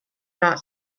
not